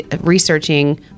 researching